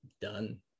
done